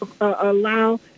allow